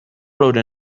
wrote